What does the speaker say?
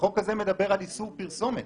החוק הזה מדבר על איסור פרסומת.